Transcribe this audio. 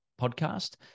podcast